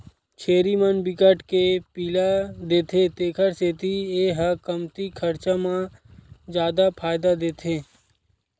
छेरी मन बिकट के पिला देथे तेखर सेती ए ह कमती खरचा म जादा फायदा देथे